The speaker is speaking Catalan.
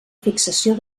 fixació